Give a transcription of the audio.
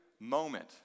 moment